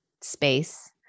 space